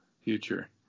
future